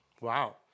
Wow